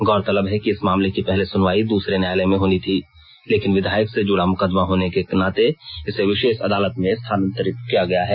गौरतलब है कि इस मामले की पहले सुनवाई दूसरे न्यायालय में होनी थी लेकिन विधायक से जुड़ा मुकदमा होने के नाते इसे विशेष अदालत में स्थानांतरित कर दिया गया है